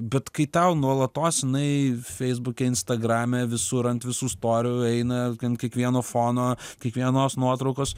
bet kai tau nuolatos jinai feisbuke instagrame visur ant visų storiu eina ant kiekvieno fono kiekvienos nuotraukos